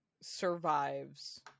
survives